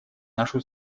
нашу